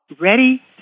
Ready